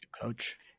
coach